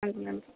அஞ்சுலேருந்து